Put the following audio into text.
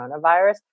coronavirus